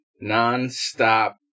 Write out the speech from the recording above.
non-stop